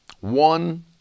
one